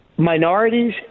minorities